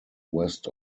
west